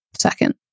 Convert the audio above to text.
second